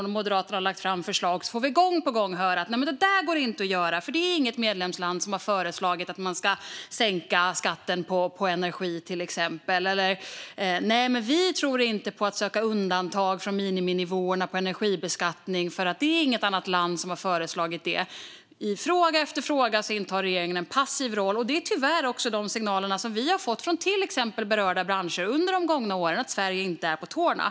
När Moderaterna har lagt fram förslag får vi gång på gång höra: Nej, men det går inte att göra, för det är inget medlemsland som har föreslagit att man ska sänka skatten på energi, till exempel. Eller så får vi höra: Nej, men vi tror inte på att söka undantag från miniminivåerna för energibeskattning, för det är inget annat land som har föreslagit det. I fråga efter fråga intar regeringen en passiv roll, och det är tyvärr också de signaler som vi har fått från till exempel berörda branscher under de gångna åren: att Sverige inte är på tårna.